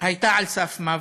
והיא הייתה על סף מוות.